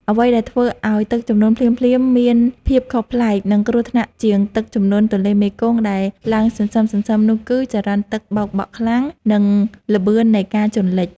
អ្វីដែលធ្វើឱ្យទឹកជំនន់ភ្លាមៗមានភាពខុសប្លែក និងគ្រោះថ្នាក់ជាងទឹកជំនន់ទន្លេមេគង្គដែលឡើងសន្សឹមៗនោះគឺ ចរន្តទឹកបោកបក់ខ្លាំង និងល្បឿននៃការជន់លិច។